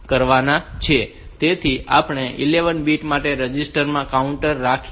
તેથી આપણે 11 બિટ્સ માટે રજિસ્ટર માં કાઉન્ટર રાખી શકીએ છીએ